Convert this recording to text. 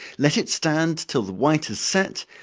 let it stand till the white has set,